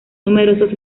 numerosos